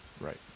right